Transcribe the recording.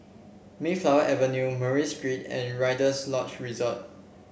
Mayflower Avenue Murray Street and Rider's Lodge Resort